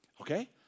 Okay